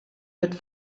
mit